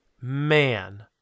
Man